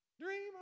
Dream